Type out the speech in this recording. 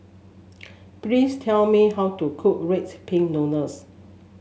please tell me how to cook Rice Pin Noodles